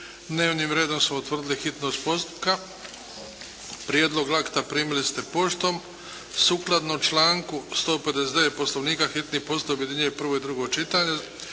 Dnevnim redom smo utvrdili hitnost postupka. Prijedlog akta primili ste poštom. Sukladno članku 159. Poslovnika hitni postupak objedinjuje prvo i drugo čitanje.